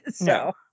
No